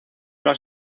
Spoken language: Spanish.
las